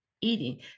eating